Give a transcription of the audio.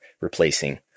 replacing